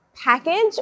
package